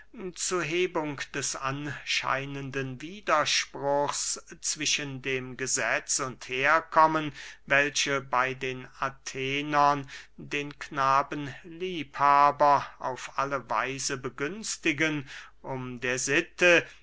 zu hebung des anscheinenden widerspruchs zwischen dem gesetz und herkommen welche bey den athenern den knabenliebhaber auf alle weise begünstigen und der sitte